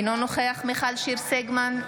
אינו נוכח מיכל שיר סגמן,